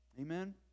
Amen